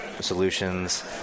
solutions